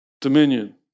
dominion